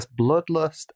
bloodlust